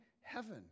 heaven